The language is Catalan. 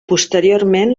posteriorment